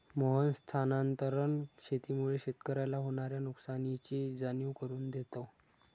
मोहन स्थानांतरण शेतीमुळे शेतकऱ्याला होणार्या नुकसानीची जाणीव करून देतो